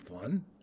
fun